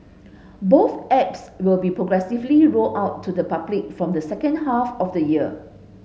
both apps will be progressively rolled out to the public from the second half of the year